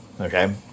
okay